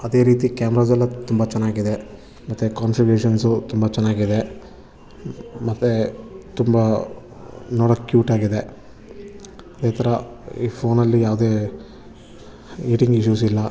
ಅದೇ ರೀತಿ ಕ್ಯಾಮ್ರಾಸ್ ಎಲ್ಲ ತುಂಬ ಚೆನ್ನಾಗಿದೆ ಮತ್ತು ಕಾಂಟ್ರಿಬ್ಯೂಷನ್ಸು ತುಂಬ ಚೆನ್ನಾಗಿದೆ ಮತ್ತೆ ತುಂಬ ನೋಡೋಕೆ ಕ್ಯೂಟ್ ಆಗಿದೆ ಅದೇ ಥರ ಈ ಫೋನಲ್ಲಿ ಯಾವುದೇ ಈಟಿಂಗ್ ಇಶ್ಯೂಸ್ ಇಲ್ಲ